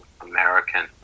american